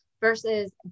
versus